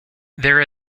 there